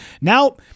Now